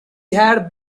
had